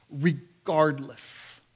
Regardless